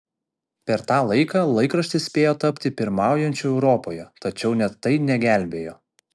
per tą laiką laikraštis spėjo tapti pirmaujančiu europoje tačiau net tai negelbėjo